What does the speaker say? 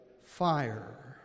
fire